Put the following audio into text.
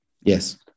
Yes